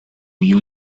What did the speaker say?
you